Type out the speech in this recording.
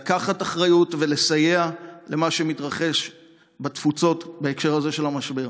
לקחת אחריות ולסייע למה שמתרחש בתפוצות בהקשר הזה של המשבר.